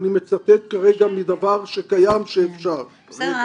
אני מצטט כרגע מדבר שקיים ש --- בסדר,